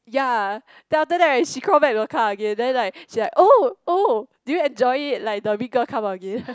ya then after that right she come back into the car again then she like oh oh did you enjoy it like the mean girl come again